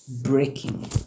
breaking